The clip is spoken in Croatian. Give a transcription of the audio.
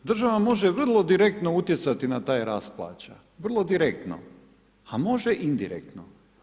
Država može vrlo direktno utjecati na taj rast plaća, vrlo direktno, a može indirektno.